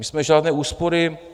My jsme žádné úspory...